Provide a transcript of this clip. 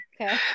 okay